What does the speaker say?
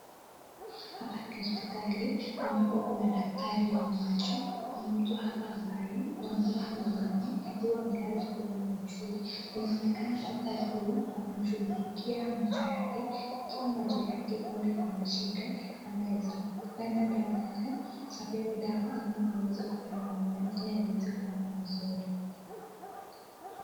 Hapa ni hospitali ambapo kuna daktari wa macho. Kuna mtu hapa ambaye amevaa miwani akiwa amelala kuona juu. Inaonekana daktari huyu anamshughulikia macho yake ikiwa macho yake huenda iko na shida. Anaweza ana dawa yake, apewe dawa ama aweze kupewa miwani ili aweze kuona vizuri.